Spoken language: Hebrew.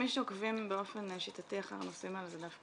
מי שעוקבים באופן שיטתי אחר הנושאים האלה זה דווקא